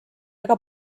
ega